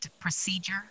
procedure